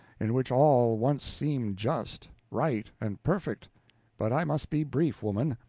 in which all once seemed just, right, and perfect but i must be brief, woman.